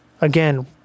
Again